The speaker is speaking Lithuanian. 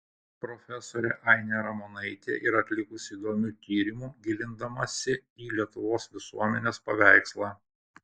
profesorė ainė ramonaitė yra atlikusi įdomių tyrimų gilindamasi į lietuvos visuomenės paveikslą